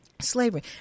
slavery